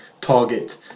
target